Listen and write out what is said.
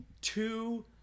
two